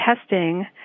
testing